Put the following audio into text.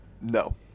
No